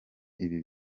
ibi